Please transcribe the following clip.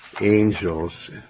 angels